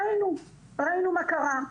ראינו מה קרה.